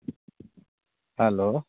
hello